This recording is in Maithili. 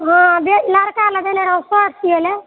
हो लड़का लए देने रहु शर्ट सिऐला